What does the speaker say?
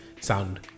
sound